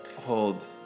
hold